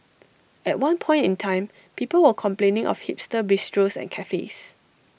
at one point in time people were complaining of hipster bistros and cafes